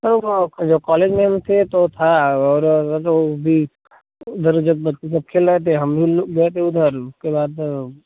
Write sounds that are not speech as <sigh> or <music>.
sir वो जो college में हम थे तो था <unintelligible> उधर जब बच्चे जब खेल रहे थे हम भी लोग गए थे उधर उसके बाद